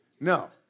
No